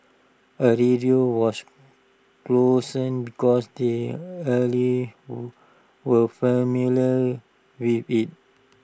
A radio was chosen because the elderly were familiar with IT